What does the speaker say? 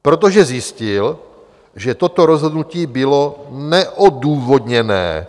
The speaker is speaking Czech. Protože zjistil, že toto rozhodnutí bylo neodůvodněné.